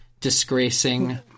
disgracing